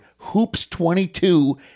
hoops22